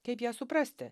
kaip ją suprasti